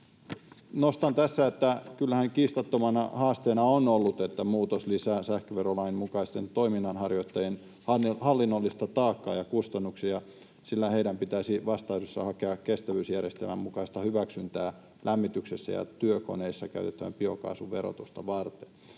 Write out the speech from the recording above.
Nostan tässä sen, että kyllähän kiistattomana haasteena on ollut, että muutos lisää sähköverolain mukaisten toiminnanharjoittajien hallinnollista taakkaa ja kustannuksia, sillä heidän pitäisi vastaisuudessa hakea kestävyysjärjestelmän mukaista hyväksyntää lämmityksessä ja työkoneissa käytettävän biokaasun verotusta varten.